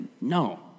no